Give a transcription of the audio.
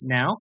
now